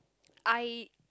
I